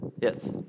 Yes